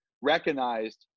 recognized